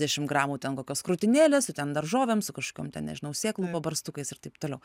dešim gramų ten kokios krūtinėlės ten daržovėm su kažkokiom ten nežinau sėklų pabarstukais ir taip toliau